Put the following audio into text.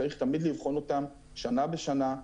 צריך תמיד לבחון אותן שנה בשנה,